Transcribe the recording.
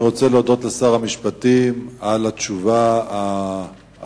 אני רוצה להודות לשר המשפטים על התשובה המרחיבה.